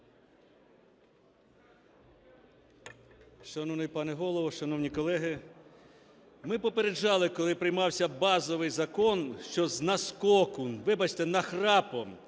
Шановний пане Голово, шановні колеги! Ми попереджали, коли приймався базовий закон, що з наскоку, вибачте, нахрапом